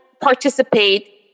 participate